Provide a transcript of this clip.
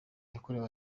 yakorewe